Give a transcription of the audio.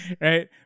Right